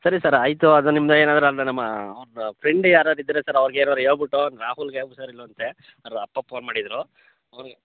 ಸರಿ ಸರ್ ಆಯಿತು ಅದು ನಿಮ್ಮದು ಏನಾದರೂ ಅಂದ್ರೆ ನಮ್ಮ ಅವ್ನ ಫ್ರೆಂಡ್ ಯಾರಾದ್ರ್ ಇದ್ದರೆ ಸರ್ ಅವ್ರ್ಗೆ ಏನಾದ್ರು ಹೇಳ್ಬುಟ್ಟು ರಾಹುಲ್ಗೆ ಹುಷಾರಿಲ್ವಂತೆ ಅವರಪ್ಪ ಪೋನ್ ಮಾಡಿದ್ದರು ಅವ್ನು